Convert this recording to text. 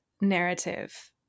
narrative